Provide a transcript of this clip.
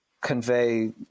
convey